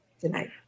tonight